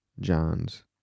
John's